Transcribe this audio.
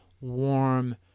warm